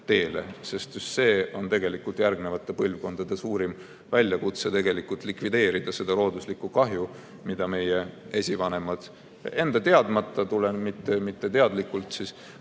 teele, sest just see on tegelikult järgnevate põlvkondade suurim väljakutse – likvideerida seda looduslikku kahju, mida meie esivanemad enda teadmata on meile siia